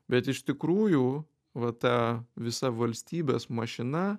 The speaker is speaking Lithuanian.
bet iš tikrųjų va ta visa valstybės mašina